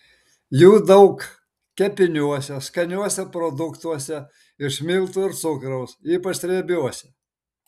jų daug kepiniuose skaniuose produktuose iš miltų ir cukraus ypač riebiuose